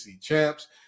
champs